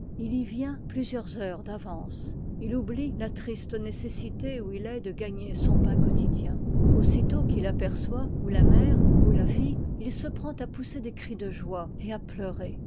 plusieurs heuxes eyancé oublie la triste nécessite où il est de gagner son pain quotidien aussitôt qu'il aperçoit ou la mère ou la fdle il se prend à pousser des cris de joie et à pleurer